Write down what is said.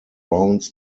rounds